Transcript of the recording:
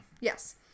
Yes